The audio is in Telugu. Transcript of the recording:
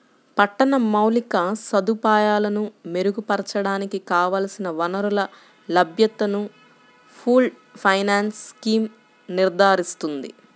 పట్టణ మౌలిక సదుపాయాలను మెరుగుపరచడానికి కావలసిన వనరుల లభ్యతను పూల్డ్ ఫైనాన్స్ స్కీమ్ నిర్ధారిస్తుంది